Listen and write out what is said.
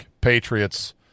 Patriots